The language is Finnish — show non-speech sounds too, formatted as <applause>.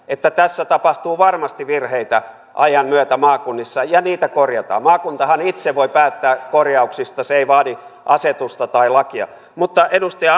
<unintelligible> että tässä tapahtuu varmasti virheitä ajan myötä maakunnissa ja niitä korjataan maakuntahan itse voi päättää korjauksista se ei vaadi asetusta tai lakia mutta edustaja <unintelligible>